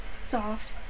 Soft